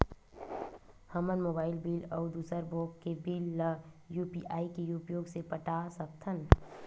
हमन mobile bill अउ दूसर भोग के बिल ला यू.पी.आई के उपयोग से पटा सकथन